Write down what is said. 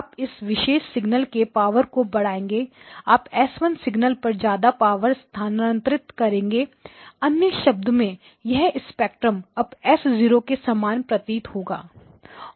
आप इस विशेष सिग्नल के पावर को बढ़ाएंगे आप S1 सिग्नल पर ज्यादा पावर स्थानांतरित करेंगे अन्य शब्दों में यह स्पेक्ट्रम अब S0 के समान प्रतीत होगा